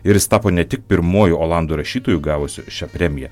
ir jis tapo ne tik pirmuoju olandų rašytoju gavusiu šią premiją